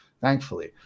thankfully